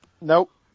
Nope